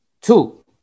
two